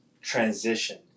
transition